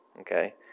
Okay